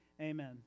Amen